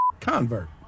convert